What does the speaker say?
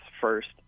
first